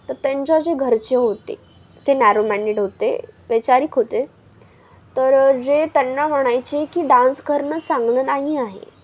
तर त्यांच्या जे घरचे होते ते नॅरो माइंडेड होते वैचारिक होते तर जे त्यांना म्हणायचे की डान्स करणं चांगलं नाही आहे